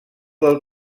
del